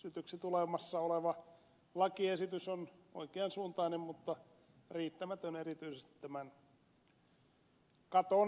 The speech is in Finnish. nyt hyväksytyksi tulemassa oleva lakiesitys on oikean suuntainen mutta riittämätön erityisesti tämän katon osalta